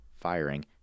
firing